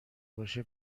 باشه